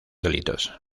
delitos